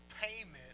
payment